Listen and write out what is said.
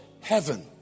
heaven